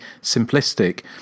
simplistic